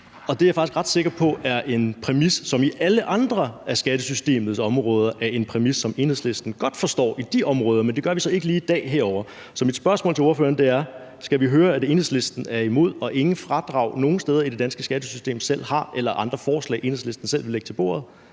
Og det er jeg faktisk ret sikker på er en præmis, som på alle andre af skattesystemets områder er en præmis, som Enhedslisten godt forstår, altså i forhold til de områder, men det gør de så ikke lige her i dag. Så mit spørgsmål til ordføreren er: Skal vi høre på, at Enhedslisten er imod det, og at de ingen andre forslag om fradrag nogen steder i det danske skattesystem selv har eller vil bringe til bordet?